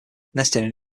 nesting